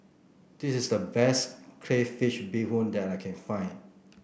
this is the best Crayfish Beehoon that I can find